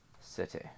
City